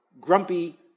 grumpy